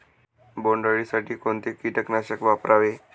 बोंडअळी साठी कोणते किटकनाशक वापरावे?